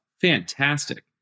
fantastic